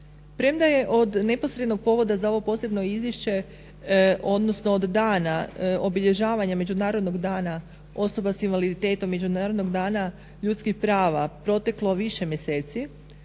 Premda je od neposrednog povoda za ovo posebno izvješće odnosno od dana obilježavanja međunarodnog dana osoba s invaliditetom, međunarodnog dana ljudskih prava proteklo više mjeseci,